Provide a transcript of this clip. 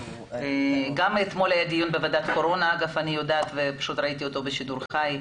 גם אתמול היה דיון בוועדת קורונה שראיתי אותו בשידור חי.